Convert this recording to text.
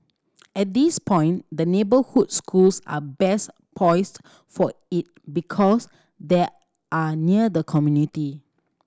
at this point the neighbourhood schools are best poised for it because they are near the community